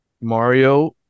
Mario